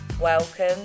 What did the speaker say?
Welcome